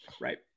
right